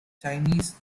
chinese